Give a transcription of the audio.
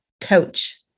Coach